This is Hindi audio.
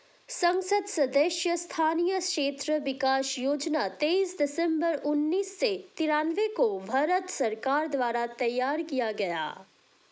संसद सदस्य स्थानीय क्षेत्र विकास योजना तेईस दिसंबर उन्नीस सौ तिरान्बे को भारत सरकार द्वारा तैयार किया गया